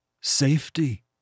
Safety